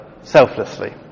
selflessly